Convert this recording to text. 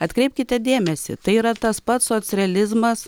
atkreipkite dėmesį tai yra tas pats socrealizmas